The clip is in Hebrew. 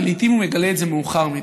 ולעיתים הוא מגלה את זה מאוחר מדי.